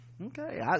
okay